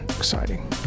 exciting